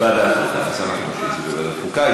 ועדת חוקה.